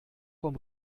vom